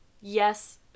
Yes